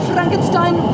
Frankenstein